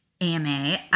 AMA